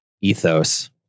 ethos